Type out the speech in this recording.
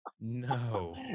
No